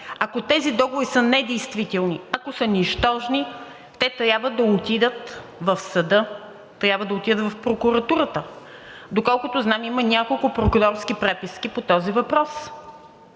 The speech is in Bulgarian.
Ако тези договори са недействителни, ако са нищожни, те трябва да отидат в съда, трябва да отидат в прокуратурата. Доколкото знам, има няколко прокурорски преписки по този въпрос.